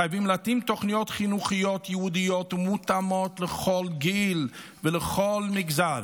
חייבים להתאים תוכניות חינוכיות ייעודיות ומותאמות לכל גיל ולכל מגזר,